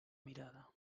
mirada